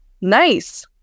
Nice